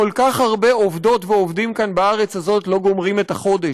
כל כך הרבה עובדות ועובדים כאן בארץ הזאת לא גומרים את החודש,